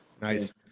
Nice